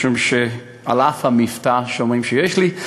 משום שעל אף המבטא שאומרים שיש לי,